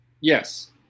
yes